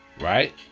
Right